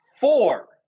four